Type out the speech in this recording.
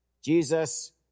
Jesus